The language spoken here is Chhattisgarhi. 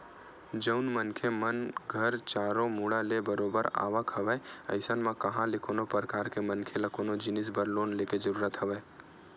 जउन मनखे मन घर चारो मुड़ा ले बरोबर आवक हवय अइसन म कहाँ ले कोनो परकार के मनखे ल कोनो जिनिस बर लोन लेके जरुरत हवय